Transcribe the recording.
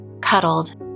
cuddled